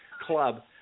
Club